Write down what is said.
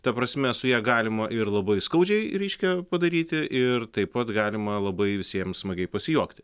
ta prasme su ja galima ir labai skaudžiai reiškia padaryti ir taip pat galima labai visiems smagiai pasijuokti